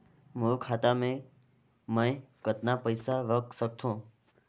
मोर खाता मे मै कतना पइसा रख सख्तो?